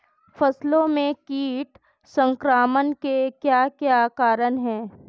फसलों में कीट संक्रमण के क्या क्या कारण है?